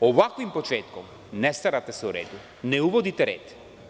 Ovakvim početkom vi se ne starate o redu, ne uvodite red.